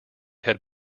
had